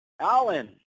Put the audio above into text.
Alan